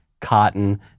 cotton